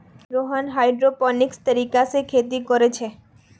Rohan hydroponics तरीका से खेती कोरे छे